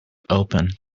open